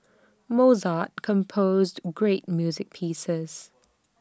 Mozart composed great music pieces